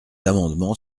amendement